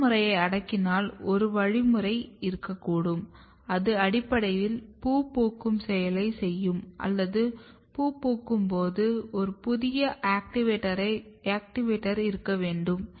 அடக்குமுறையை அடக்கினால் ஒரு வழிமுறை இருக்கக்கூடும் அது அடிப்படையில் பூ பூக்கும் செயலைச் செய்யும் அல்லது பூ பூக்கும் போது ஒரு புதிய ஆக்டிவேட்டரை இருக்க வேண்டும்